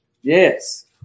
Yes